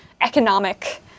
economic